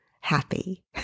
happy